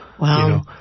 Wow